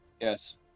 yes